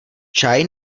čaj